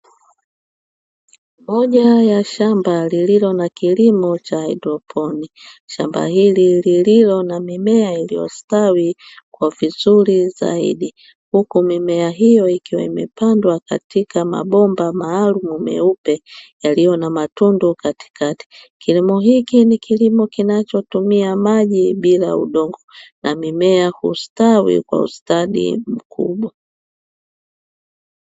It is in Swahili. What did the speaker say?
Moja ya shamba lililo na kilimo cha haidroponi, shamba hili lililo na mimea iliyostawi kwa vizuri zaidi huku mimea hiyo ikiwa imepandwa katika mabomba maalumu meupe; yaliyo na matundu katikati. Kilimo hiki ni kilimo kinachotumia maji bila udongo na mimea hustawi kwa ustadi mkubwa.